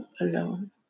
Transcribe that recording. alone